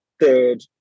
third